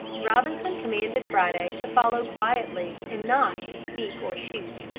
robinson commanded friday to follow quietly and not to speak or shoot.